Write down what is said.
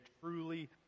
truly